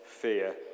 fear